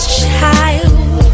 child